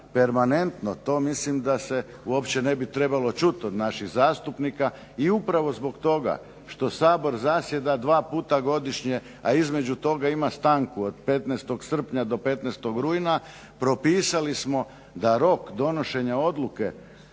permanentno. To mislim da se uopće ne bi trebalo čuti od naših zastupnika i upravo zbog toga što Sabor zasjeda dva puta godišnje, između toga ima stanku od 15. srpnja do 15. rujna propisali smo da rok donošenja odluke